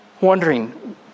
wondering